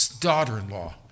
daughter-in-law